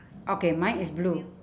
okay mine is blue